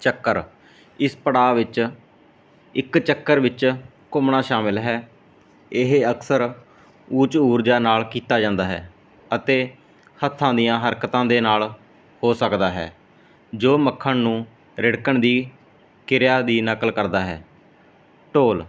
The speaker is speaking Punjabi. ਚੱਕਰ ਇਸ ਪੜਾਅ ਵਿੱਚ ਇੱਕ ਚੱਕਰ ਵਿੱਚ ਘੁੰਮਣਾ ਸ਼ਾਮਲ ਹੈ ਇਹ ਅਕਸਰ ਊਚ ਊਰਜਾ ਨਾਲ ਕੀਤਾ ਜਾਂਦਾ ਹੈ ਅਤੇ ਹੱਥਾਂ ਦੀਆਂ ਹਰਕਤਾਂ ਦੇ ਨਾਲ ਹੋ ਸਕਦਾ ਹੈ ਜੋ ਮੱਖਣ ਨੂੰ ਰਿੜਕਣ ਦੀ ਕਿਰਿਆ ਦੀ ਨਕਲ ਕਰਦਾ ਹੈ ਢੋਲ